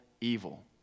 evil